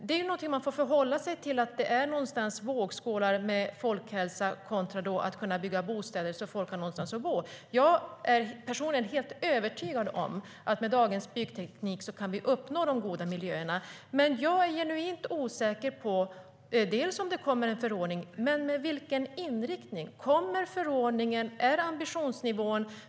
Det är någonting man får förhålla sig till - det är vågskålar med folkhälsa kontra att kunna bygga bostäder så att folk har någonstans att bo. Jag är personligen helt övertygad om att vi med dagens byggteknik kan uppnå de goda miljöerna. Men jag är genuint osäker på dels om det kommer en förordning, dels vilken inriktning den kommer att ha.